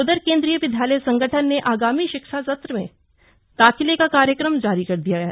उधर केंद्रीय विद्यालय संगठन ने आगामी शिक्षा सत्र में दाखिले का कार्यक्रम जारी कर दिया है